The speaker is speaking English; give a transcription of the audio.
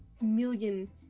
Million